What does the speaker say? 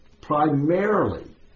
primarily